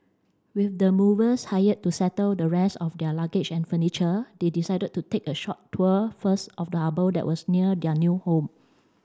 with the movers hired to settle the rest of their luggage and furniture they decided to take a short tour first of the harbour that was near their new home